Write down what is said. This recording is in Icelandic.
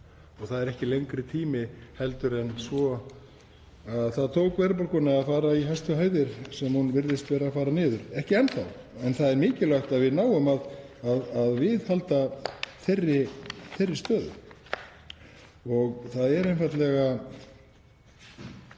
Það er ekki lengri tími en svo að það tók verðbólguna að fara í hæstu hæðir sem hún virðist vera að fara niður, ekki enn þá en það er mikilvægt að við náum að viðhalda þeirri stöðu. Það er einfaldlega,